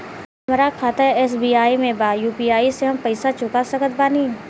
हमारा खाता एस.बी.आई में बा यू.पी.आई से हम पैसा चुका सकत बानी?